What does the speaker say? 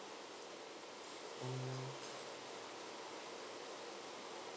mm